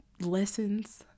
lessons